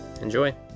Enjoy